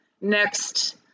next